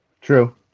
True